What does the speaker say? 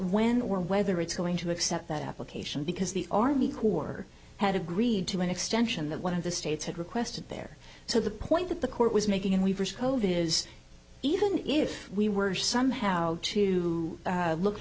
when or whether it's going to accept that application because the army corps had agreed to an extension that one of the states had requested there so the point that the court was making in weaver's cove is even if we were somehow to look